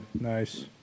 Nice